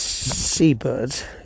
seabirds